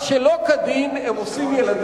אז שלא כדין אבל לגמרי כדרך הטבע הם גם עושים ילדים.